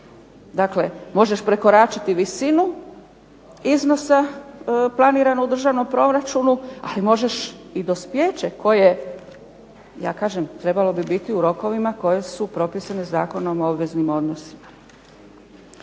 Dakle, možeš prekoračiti visinu iznosa planiranog u državnom proračunu ali možeš i dospijeće koje ja kažem trebalo bi biti u rokovima koji su propisani Zakonom o obveznim odnosima.